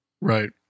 Right